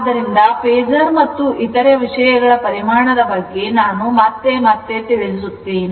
ಆದ್ದರಿಂದ ಫೇಸರ್ ಮತ್ತು ಇತರ ವಿಷಯಗಳ ಪರಿಮಾಣದ ಬಗ್ಗೆ ನಾನು ಮತ್ತೆ ಮತ್ತೆ ತಿಳಿಸುತ್ತೇನೆ